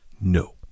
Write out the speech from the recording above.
No